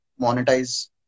monetize